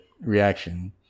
reaction